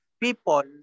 people